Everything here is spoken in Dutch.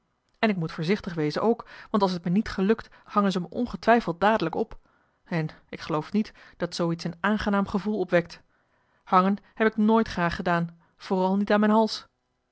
en ik moet voorzichtig wezen ook want als het me niet gelukt hangen ze me ongetwijfeld dadelijk op en ik geloof niet dat zoo iets een aangenaam gevoel opwekt hangen heb ik nooit graag gedaan vooral niet aan mijn hals